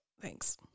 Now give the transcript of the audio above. thanks